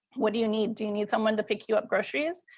what do you need? do you need someone to pick you up groceries?